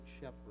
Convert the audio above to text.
shepherd